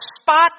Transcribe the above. spot